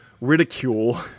ridicule